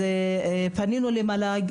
פנינו למל"ג,